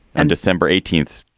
and december eighteenth,